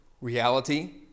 reality